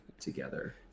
together